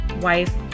wife